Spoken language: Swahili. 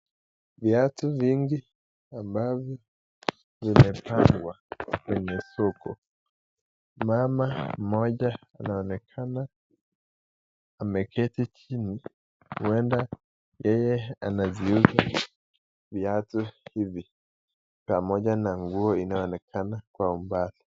Viatu vingi ambavyo vimepangwa kwenye soko. Mama mmoja anaonekana ameketi chini, huenda yeye anauza viatu hivi pamoja na nguo inayoonekana kwa umbali.